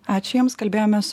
ačiū jums kalbėjomės